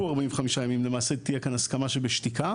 45 ימים אז למעשה תהיה כאן הסכמה שבשתיקה.